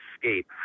escape